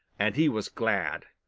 and he was glad.